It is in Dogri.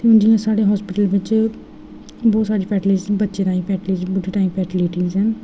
ते जि'यां साढ़े हास्पिटल्स च बहुत सारी फैटलिटी बच्चें ताईं बुड्ढें ताईं फैटलिटी ऐ